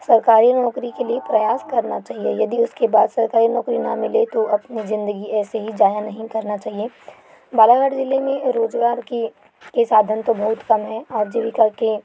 सरकारी नौकरी के लिए प्रयास करना चाहिए यदि उसके बाद सरकारी नौकरी ना मिले तो अपनी जिंदगी ऐसे ही जाया नहीं करना चाहिए बालाघाट जिले में रोजगार की के साधन तो बहुत कम हैं और जीविका के